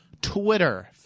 Twitter